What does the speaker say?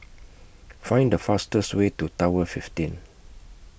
Find The fastest Way to Tower fifteen